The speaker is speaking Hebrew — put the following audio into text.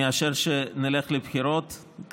מאשר שנלך לבחירות,